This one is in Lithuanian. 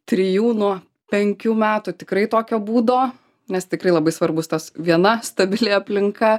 trijų nuo penkių metų tikrai tokio būdo nes tikrai labai svarbus tas viena stabili aplinka